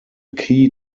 key